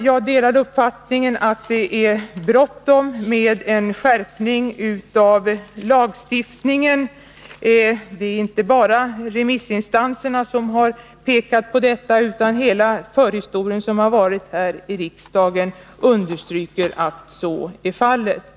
Jag delar uppfattningen att det är bråttom med en skärpning av lagstiftningen. Inte bara remissinstansterna har pekat på detta, utan ärendets hela förhistoria här i riksdagen understryker att så är fallet.